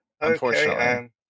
Unfortunately